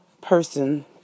person